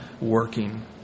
working